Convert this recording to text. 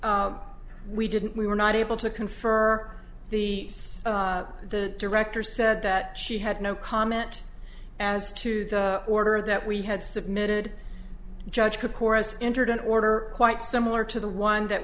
the we didn't we were not able to confer the the director said that she had no comment as to the order that we had submitted judge to chorus entered an order quite similar to the one that